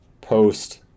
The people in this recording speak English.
post